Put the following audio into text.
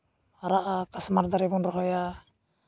ᱟᱨᱟᱜ ᱟᱜ ᱠᱟᱥᱢᱟᱨ ᱫᱟᱨᱮ ᱵᱚᱱ ᱨᱚᱦᱚᱭᱟ